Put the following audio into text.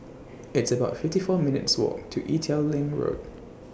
It's about fifty four minutes' Walk to Ee Teow Leng Road